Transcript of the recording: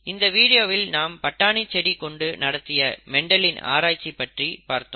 இந்த வீடியோவில் நாம் பட்டாணி செடி கொண்டு நடத்திய மெண்டலின் Mendels ஆராய்ச்சி பற்றி பார்த்தோம்